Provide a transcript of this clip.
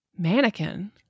mannequin